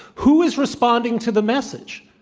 who is responding to the message,